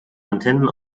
antennen